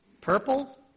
Purple